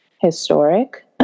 historic